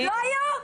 לא היו?